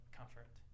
comfort